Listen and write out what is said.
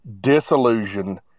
disillusion